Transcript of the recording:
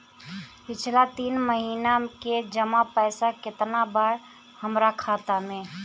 पिछला तीन महीना के जमा पैसा केतना बा हमरा खाता मे?